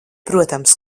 protams